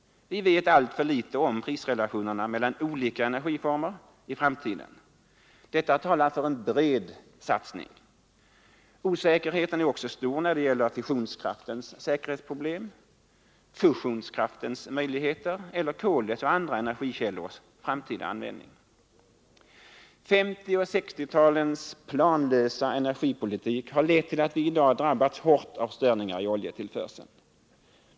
Vi vet alltför litet om prisrelationerna mellan olika energiformer i framtiden. Detta talar för en bred satsning. Osäkerheten är också stor när det gäller fusionskraftens säkerhetsproblem, fusionskraftens möjligheter, kolets och andra energikällors framtida användning. 1950 och 1960-talens planlösa energipolitik har lett till att vi i dag har drabbats hårt av störningar i oljetillförseln.